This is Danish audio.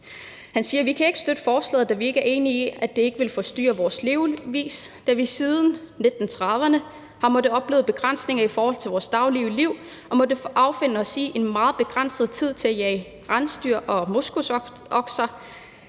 Han siger: Vi kan ikke støtte forslaget, da vi ikke er enige i, at det ikke vil forstyrre vores levevis, da vi siden 1930'erne har måttet opleve begrænsninger i forhold til vores daglige liv og har måttet affinde os med en meget begrænset tid til at jage rensdyr og moskusokser